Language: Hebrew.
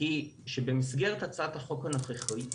היא שמסגרת הצעת החוק הנוכחית,